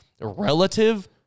relative